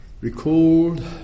recalled